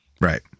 Right